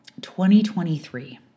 2023